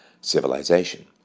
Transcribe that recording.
civilization